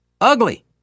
Ugly